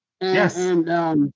Yes